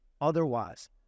otherwise